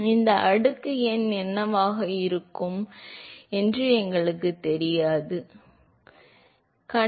எனவே இந்த அடுக்கு n என்னவாக இருக்கும் என்று எங்களுக்குத் தெரியாது என்பதை நினைவில் கொள்ளவும்